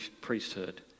priesthood